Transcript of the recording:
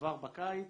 כבר בקיץ